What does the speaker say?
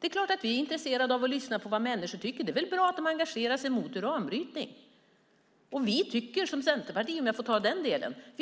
Självklart är vi intresserade av att lyssna på vad människor tycker. Det är bra att folk engagerar sig mot uranbrytning. Centerpartiet vill inte ha uranbrytning.